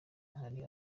hari